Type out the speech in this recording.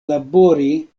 labori